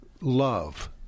love